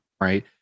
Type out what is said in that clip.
right